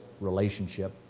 relationship